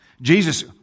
Jesus